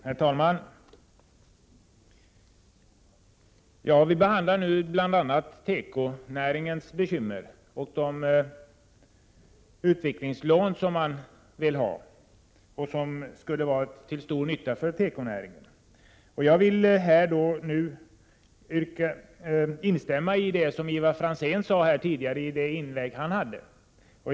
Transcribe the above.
17 december 1987 Herr talman! Vi behandlar nu bl.a. tekonäringens bekymmer och de Ta mo ro I utvecklingslån som man vill ha och som skulle ha varit till stor nytta för tekonäringen. Jag vill instämma i Ivar Franzéns inlägg.